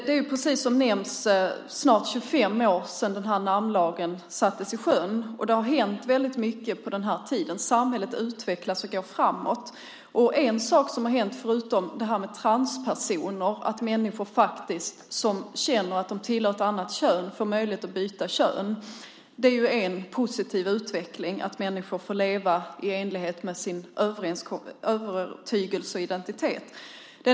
Det är, precis som nämns, snart 25 år sedan namnlagen sjösattes, och det har hänt väldigt mycket på den tiden. Samhället utvecklas och går framåt. En sak som har hänt, förutom det här med transpersoner, är att människor som känner att de tillhör ett annat kön får möjlighet att byta kön. Att människor får leva i enlighet med sin övertygelse och identitet är en positiv utveckling.